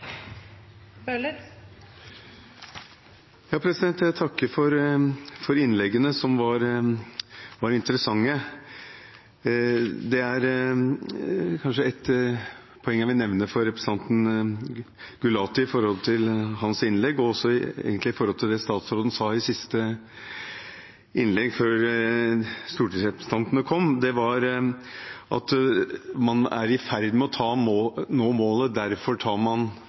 kanskje ett poeng jeg vil nevne for representanten Gulati i tilknytning til hans innlegg, og egentlig også til det statsråden sa i siste innlegg før stortingsrepresentantenes: at man er i ferd med å nå målet, derfor tar man